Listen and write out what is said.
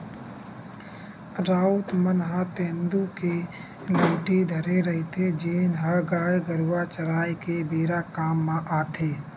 राउत मन ह तेंदू के लउठी धरे रहिथे, जेन ह गाय गरुवा चराए के बेरा काम म आथे